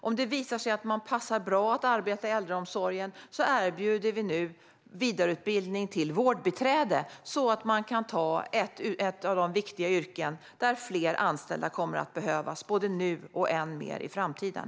Om det visar sig att man passar bra att arbeta i äldreomsorgen erbjuder vi nu vidareutbildning till vårdbiträde, så att man kan arbeta i ett av de viktiga yrken där fler anställda kommer att behövas både nu och än mer i framtiden.